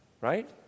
Right